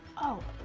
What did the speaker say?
oh,